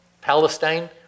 Palestine